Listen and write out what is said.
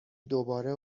دوباره